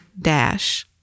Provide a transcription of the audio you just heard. dash